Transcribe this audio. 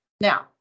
Now